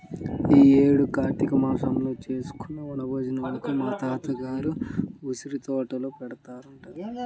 యీ యేడు కార్తీక మాసంలో చేసుకునే వన భోజనాలని మా తాత గారి ఉసిరితోటలో పెడతారంట